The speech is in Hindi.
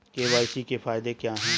के.वाई.सी के फायदे क्या है?